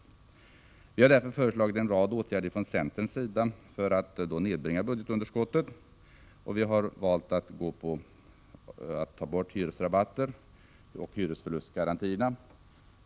Från centerns sida har vi därför föreslagit en rad åtgärder för att nedbringa budgetunderskottet. Vi har valt att ta bort hyresrabatter och hyresförlustgarantier.